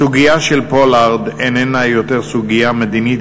הסוגיה של פולארד איננה יותר סוגיה מדינית,